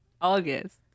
August